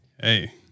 hey